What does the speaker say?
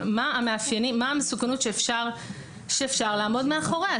מה המסוכנות שאפשר לעמוד מאחוריה,